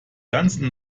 ganze